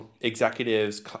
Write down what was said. executives